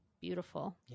beautiful